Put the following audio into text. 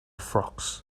frogs